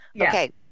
Okay